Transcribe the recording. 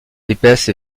épaisse